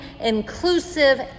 inclusive